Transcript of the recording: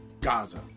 Gaza